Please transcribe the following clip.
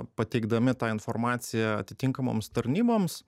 pateikdami tą informaciją atitinkamoms tarnyboms